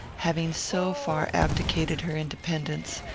having so far abdicated her independence,